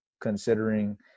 considering